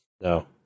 No